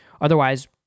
Otherwise